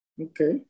Okay